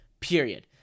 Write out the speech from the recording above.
period